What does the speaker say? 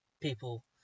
people